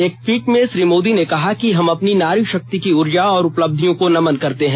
एक ट्वीट में श्री मोदी ने कहा कि हम अपनी नारी शक्ति की ऊर्जा और उपलब्धियों को नमन करते हैं